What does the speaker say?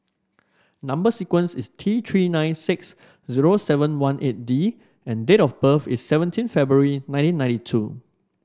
number sequence is T Three nine six zero seven one eight D and date of birth is seventeen February nineteen ninety two